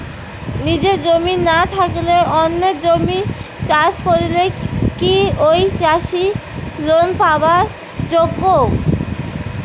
নিজের জমি না থাকি অন্যের জমিত চাষ করিলে কি ঐ চাষী লোন পাবার যোগ্য?